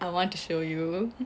I want to show you